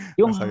yung